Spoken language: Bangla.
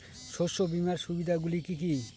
শস্য বীমার সুবিধা গুলি কি কি?